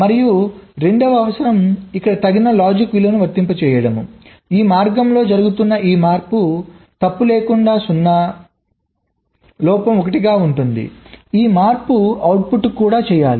మరియు రెండవ అవసరం ఇక్కడ తగిన లాజిక్ విలువను వర్తింపచేయడం ఈ మార్గంలో జరుగుతున్న ఈ మార్పు తప్పు లేకుండా 0 లోపం 1గా ఉంటుంది ఈ మార్పు అవుట్పుట్కు కూడా చేయాలి